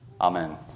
Amen